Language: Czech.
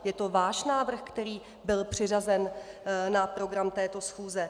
Je to váš návrh, který byl přiřazen na program této schůze.